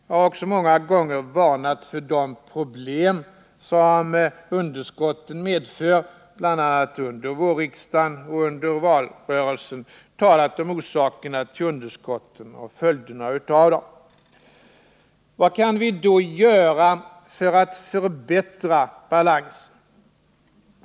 Jag har också många gånger varnat för de problem som underskotten medför. Jag har många gånger, bland annat under vårrsessionen och under valrörelsen, talat om orsaken till underskotten och följderna av dem. Vad kan vi göra för att förbättra balansen?